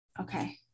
Okay